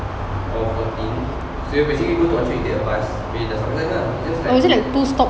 or fourteen its basically you go to orchard you take a bus habis you dah sampai sana you just like